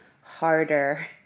harder